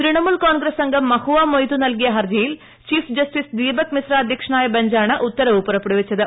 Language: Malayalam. തൃണമുൽ കോൺഗ്രസ് അംഗം മഹുവാമൊയ്തു നല്കിയ ഹർജിയിൽ ചീഫ് ജസ്റ്റിസ് ദീപക്മിശ്ര അധ്യക്ഷനായ ബഞ്ചാണ് ഉത്തരവ് പുറപ്പെടുവിച്ചത്